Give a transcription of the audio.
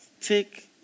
Take